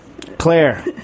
Claire